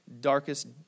darkest